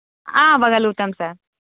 అవ్వగలుగుతాం sir